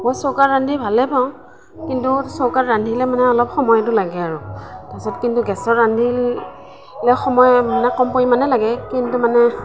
মই চৌকাত ৰান্ধি ভালেই পাওঁ কিন্তু চৌকাত ৰান্ধিলে মানে অলপ সময়টো লাগে আৰু তাৰপাছত কিন্তু গেছত ৰান্ধিলে সময় মানে কম পৰিমাণে লাগে কিন্তু মানে